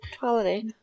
holiday